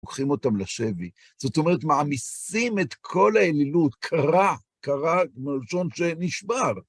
לוקחים אותם לשבי, זאת אומרת, מעמיסים את כל האלילות, "כרע", "כרע" מלשון שנשבר.